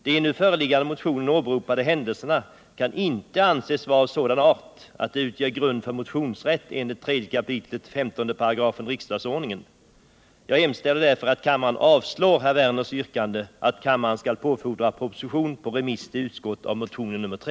De i den nu föreliggande motionen åberopade händelserna kan inte anses vara av sådan art att de utgör grund för motionsrätt enligt 3 kap. 15§ riksdagsordningen. Jag hemställer därför att kammaren avslår herr Werners yrkande att kammaren skall påfordra proposition på remiss till utskott av motionen nr 3.